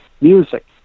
Music